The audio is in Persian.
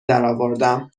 درآوردم